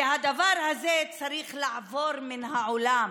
והדבר הזה צריך לעבור מן העולם.